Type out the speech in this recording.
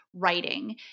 writing